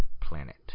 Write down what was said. Planet